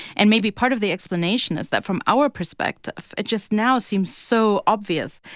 and maybe part of the explanation is that, from our perspective, it just now seems so obvious.